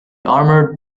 armored